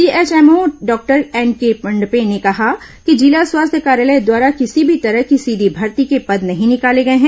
CHMO doctor NK Mandape ने कहा है कि जिला स्वास्थ्य कार्यालय द्वारा किसी भी तरह की सीधी भर्ती के पद नहीं निकाले गए हैं